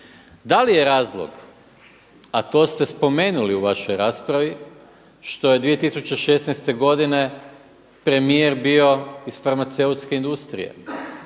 Da li je razlog a to ste spomenuli u vašoj raspravi što je 2016. godine premijer bio iz farmaceutske industrije,